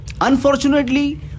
unfortunately